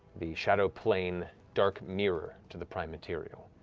the shadow plane, dark mirror to the prime material,